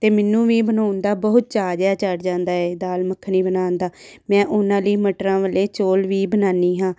ਅਤੇ ਮੈਨੂੰ ਵੀ ਬਣਾਉਣ ਦਾ ਬਹੁਤ ਚਾਅ ਜਿਹਾ ਚੜ੍ਹ ਜਾਂਦਾ ਏ ਦਾਲ ਮੱਖਣੀ ਬਣਾਉਣ ਦਾ ਮੈਂ ਉਹਨਾਂ ਲਈ ਮਟਰਾਂ ਵਾਲੇ ਚੌਲ ਵੀ ਬਣਾਉਂਦੀ ਹਾਂ